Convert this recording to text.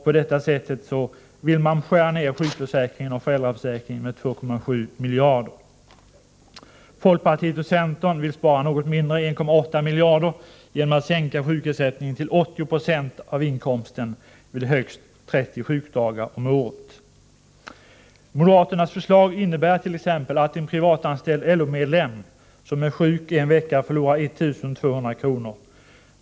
På det sättet vill man skära ned sjukförsäkringen och föräldraförsäkringen med 2,7 miljarder. Folkpartiet och centern vill spara något mindre — 1,8 miljarder — genom att sänka sjukersättningen till 80 Jo av inkomsten vid högst 30 sjukdagar om året. Moderaternas förslag innebär t.ex. att en privatanställd LO-medlem som är sjuk en vecka förlorar 1 200 kr.